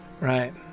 right